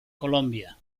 colombia